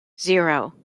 zero